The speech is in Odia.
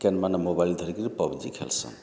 କେନ୍ ମାନେ ମୋବାଇଲ୍ ଧରିକିରି ପବ୍ଜି ଖେଲ୍ସନ୍